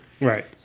Right